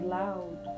loud